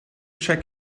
check